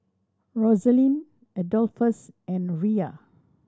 Rosaline Adolphus and Riya